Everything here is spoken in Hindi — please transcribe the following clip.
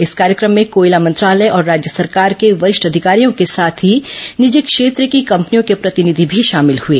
इस कार्यक्रम में कोयला मंत्रालय और राज्य सरकार के वरिष्ठ अधिकारियों के साथ ही निजी क्षेत्र की कंपनियों के प्रतिनिधि भी शामिल हुए